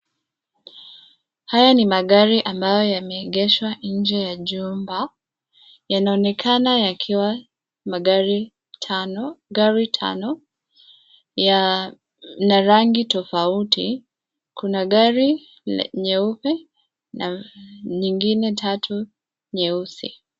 Haya ni magari ambayo yameegeshwa nje ya jumba. Yanaonekana yakiwa magari tano, gari tano yana rangi tofauti. Kuna gari nyeupe na nyingine tatu nyeusi.